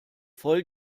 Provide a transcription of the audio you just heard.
voll